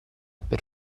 per